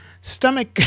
stomach